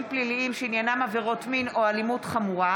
פליליים שעניינם עבירות מין או אלימות חמורה)